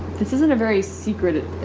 this isn't a very secretive.